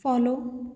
follow